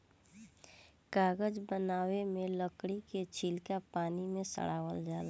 कागज बनावे मे लकड़ी के छीलका पानी मे सड़ावल जाला